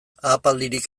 ahapaldirik